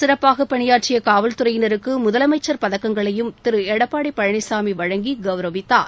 சிறப்பாக பணியாற்றிய காவல் துறையினருக்கு முதலமைச்சர் பதக்கங்களையும் திரு எடப்பாடி பழனிசாமி வழங்கி கௌரவித்தார்